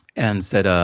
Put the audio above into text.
and said, ah